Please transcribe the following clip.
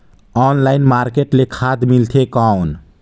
Online market ले खाद मिलथे कौन?